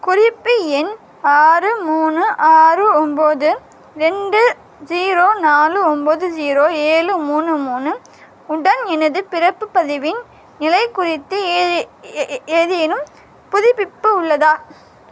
குறிப்பு எண் ஆறு மூணு ஆறு ஒம்பது ரெண்டு ஜீரோ நாலு ஒம்பது ஜீரோ ஏழு மூணு மூணு உடன் எனது பிறப்பு பதிவின் நிலை குறித்து ஏதே ஏதேனும் புதுப்பிப்பு உள்ளதா